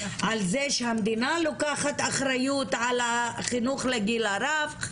על זה שהמדינה לוקחת אחריות על החינוך לגיל הרך.